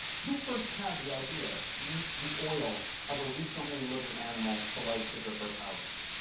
who first had the idea to use the oil of a recently living animal to light his or her house?